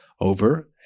over